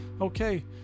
Okay